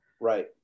right